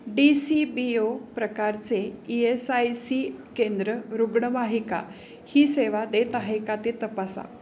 D C B O प्रकारचे E S I C केंद्र रुग्णवाहिका ही सेवा देत आहे का ते तपासा